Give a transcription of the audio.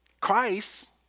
Christ